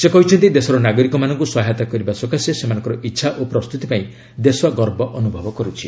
ସେ କହିଛନ୍ତି ଦେଶର ନାଗରିକମାନଙ୍କୁ ସହାୟତା କରିବା ସକାଶେ ସେମାନଙ୍କର ଇଚ୍ଛା ଓ ପ୍ରସ୍ତୁତି ପାଇଁ ଦେଶ ଗର୍ବ ଅନୁଭବ କରୁଛି